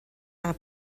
our